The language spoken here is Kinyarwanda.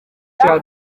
cya